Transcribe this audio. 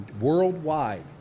worldwide